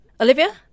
Olivia